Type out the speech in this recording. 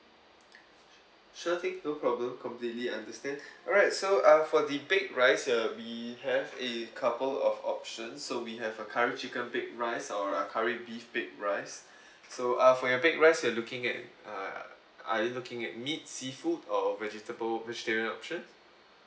sure thing no problem completely understand alright so uh for the bake rice uh we have a couple of options so we have a curry chicken baked rice or a curry beef baked rice so uh for your baked rice you're looking at uh are you looking at meats seafood or vegetable vegetarian options